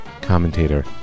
commentator